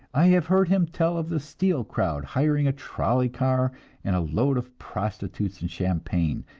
i have heard him tell of the steel crowd hiring a trolley car and a load of prostitutes and champagne,